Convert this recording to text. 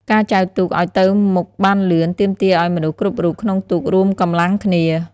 ការចែវទូកឱ្យទៅមុខបានលឿន ទាមទារឱ្យមនុស្សគ្រប់រូបក្នុងទូករួមកម្លាំងគ្នា។